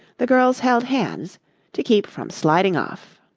the girls held hands to keep from sliding off.